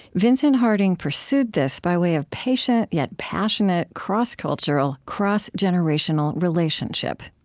vincent harding pursued this by way of patient yet passionate cross-cultural, cross-generational relationship.